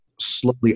slowly